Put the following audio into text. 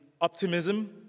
optimism